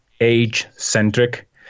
age-centric